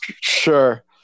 Sure